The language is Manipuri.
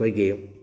ꯑꯩꯈꯣꯏꯒꯤ